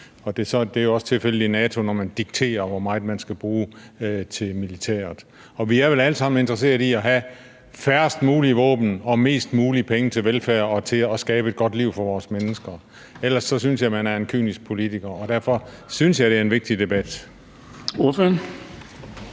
det er også tilfældet i NATO, når man dikterer, hvor meget man skal bruge til militæret. Og vi er vel alle sammen interesseret i at have færrest mulige våben og flest mulige penge til velfærd og til at skabe et godt liv for vores mennesker. Ellers synes jeg man er en kynisk politiker, og derfor synes jeg, det er en vigtig debat.